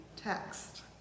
text